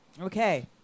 Okay